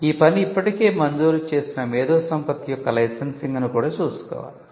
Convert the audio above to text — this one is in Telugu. ఈ పని ఇప్పటికే మంజూరు చేసిన మేధోసంపత్తి యొక్క లైసెన్సింగ్ను కూడా చూసుకోవాలి